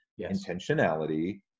intentionality